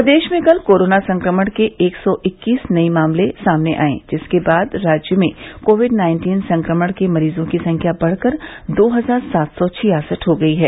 प्रदेश में कल कोरोना संक्रमण के एक सौ इक्कीस नए मामले सामने आए जिसके बाद राज्य में कोविड नाइन्टीन संक्रमण के मरीजों की संख्या बढ़कर दो हजार सात सौ छियासठ हो गई है